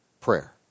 prayer